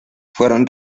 fueron